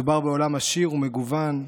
מדובר בעולם עשיר ומגוון,